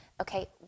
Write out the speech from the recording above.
Okay